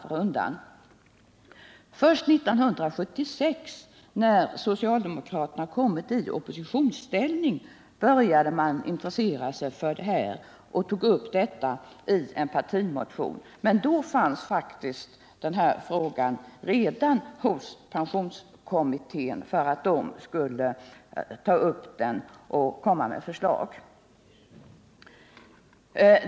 Först 1976 då socialdemokraterna kom i oppositionsställning började de intressera sig och tog upp frågan i en partimotion. Men då behandlade faktiskt pensionskommittén redan spörsmålet och skulle lägga fram ett förslag.